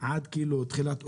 עד תחילת אוקטובר,